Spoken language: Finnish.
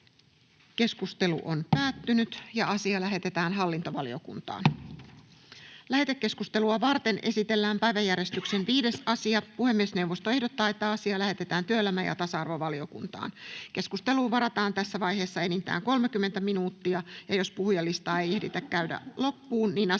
annetun lain muuttamisesta Time: N/A Content: Lähetekeskustelua varten esitellään päiväjärjestyksen 5. asia. Puhemiesneuvosto ehdottaa, että asia lähetetään työelämä- ja tasa-arvovaliokuntaan. Keskusteluun varataan tässä vaiheessa enintään 30 minuuttia. Jos puhujalistaa ei ehditä käydä loppuun, asian